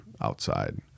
outside